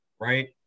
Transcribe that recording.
right